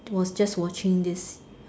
was just watching this